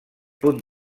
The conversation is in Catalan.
punt